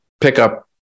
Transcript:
pickup